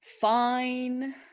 Fine